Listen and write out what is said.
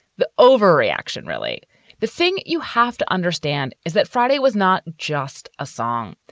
the overreaction, really the thing you have to understand is that friday was not just a song.